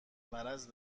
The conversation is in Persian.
مرض